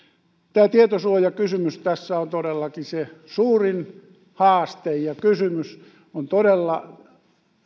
tämä tietosuojakysymys tässä on todellakin se suurin haaste ja kysymys on todella